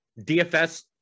dfs